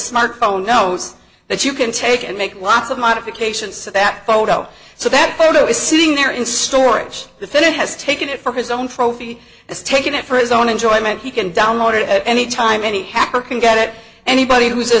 smartphone knows that you can take and make lots of modifications to that photo so that photo is sitting there in storage defendant has taken it for his own profi is taking it for his own enjoyment he can download it at any time any hacker can get it anybody who's a